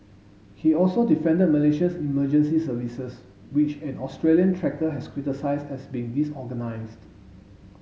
he also defended Malaysia's emergency services which an Australian trekker has criticised as being disorganised